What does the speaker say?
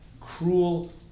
cruel